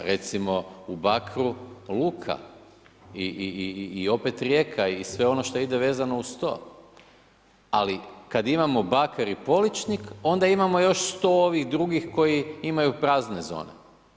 Recimo u BAkru Luka i opet Rijeka i sve ono što ide vezano uz to, ali kada imamo BAkar i POličnik onda imamo još sto ovih drugih koji imaju prazne zone.